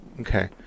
Okay